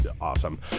awesome